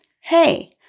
Hey